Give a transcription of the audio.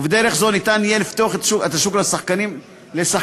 ובדרך זו ניתן יהיה לפתוח את השוק לשחקנים חדשים,